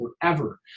forever